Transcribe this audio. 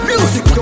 Music